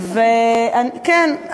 כן,